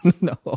no